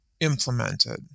implemented